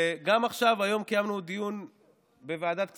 היום קיימנו דיון בוועדת כספים,